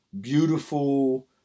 beautiful